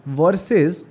versus